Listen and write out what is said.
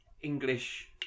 English